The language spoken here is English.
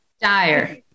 dire